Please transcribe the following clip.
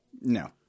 No